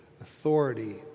authority